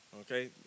okay